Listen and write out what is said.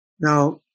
Now